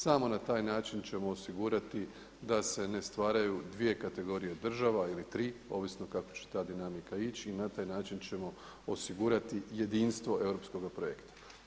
Samo na taj način ćemo osigurati da se ne stvaraju dvije kategorije država ili tri ovisno kako će ta dinamika ići i na taj način ćemo osigurati jedinstvo europskoga projekta.